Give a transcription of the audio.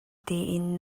tein